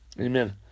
Amen